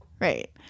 right